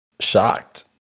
shocked